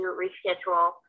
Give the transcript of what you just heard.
reschedule